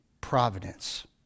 providence